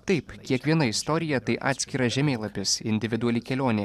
taip kiekviena istorija tai atskiras žemėlapis individuali kelionė